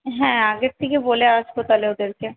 হ্যাঁ আগের থেকে বলে আসব তাহলে ওদেরকে